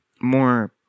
more